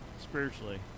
spiritually